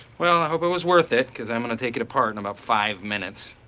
well, i hope it was worth it, cause i'm gonna take it apart in about five minutes.